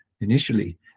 initially